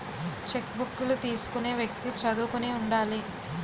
చెక్కుబుక్కులు తీసుకునే వ్యక్తి చదువుకుని ఉండాలి